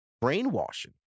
brainwashing